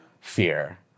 fear